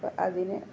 അപ്പോള് അതിന്